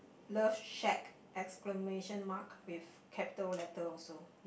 love shake exclamation mark with capital letter also